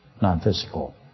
non-physical